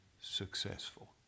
successful